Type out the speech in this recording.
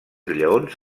lleons